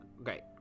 okay